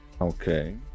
Okay